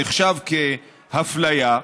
נחשב כהפליה.